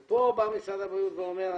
ופה בא משרד הבריאות ואומר,